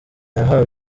yahawe